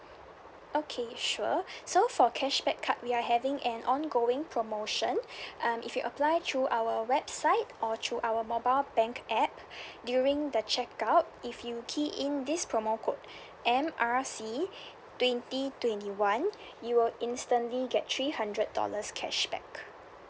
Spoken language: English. okay sure so for cashback card we are having an ongoing promotion um if you apply through our website or through our mobile bank app during the check out if you key in this promo code M R C twenty twenty one you will instantly get three hundred dollars cashback